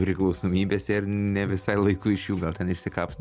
priklausomybėse ir ne visai laiku iš jų gal ten išsikapsto